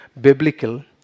biblical